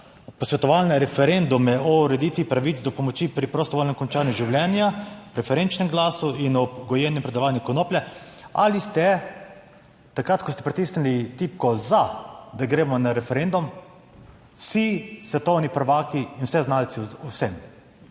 posvetovalne referendume o ureditvi pravic do pomoči pri prostovoljnem končanju življenja, preferenčnem glasu in ob gojenju pridelovanju konoplje, ali ste takrat, ko ste pritisnili tipko za, da gremo na referendum, vsi svetovni prvaki in vseznalci v vsem?